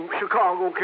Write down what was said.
Chicago